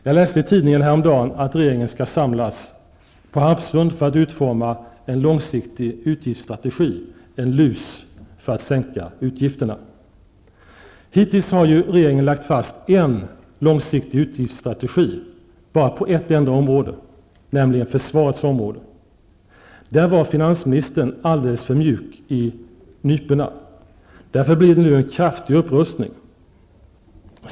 Jag läste i tidningen häromdagen att regeringen skall samlas på Harpsund för att utforma en långsiktig utgiftsstrategi, ''lus'', för att sänka utgifterna. Hittills har ju regeringen lagt fast en långsiktig utgiftsstrategi bara på ett område, nämligen försvarets. Där var finansministern alldeles för mjuk i nyporna. Därför blir det nu en kraftig upprustning.